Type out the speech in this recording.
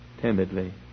timidly